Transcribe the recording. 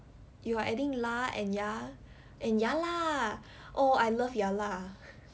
you are adding lah and ya and ya lah oh I love ya lah